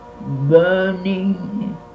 burning